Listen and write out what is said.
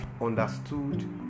understood